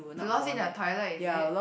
you lost in the toilet is it